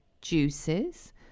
juices